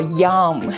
yum” 。